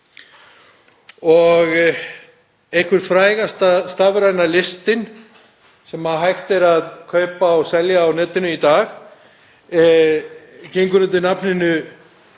Einhver frægasta stafræna listin sem hægt er að kaupa og selja á netinu í dag gengur undir nafninu